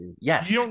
yes